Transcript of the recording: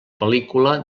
pel·lícula